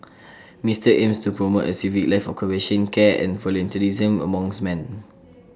Mister aims to promote A civic life of compassion care and volunteerism amongst man